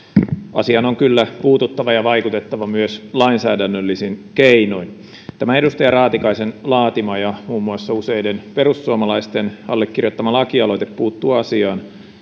asiaan on kyllä puututtava ja vaikutettava myös lainsäädännöllisin keinoin tämä edustaja raatikaisen laatima ja muun muassa useiden perussuomalaisten allekirjoittama lakialoite puuttuu asiaan